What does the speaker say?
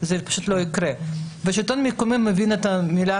מי שצריך לרכז את הנושא הזה מול השלטון המקומי זה משרד הפנים.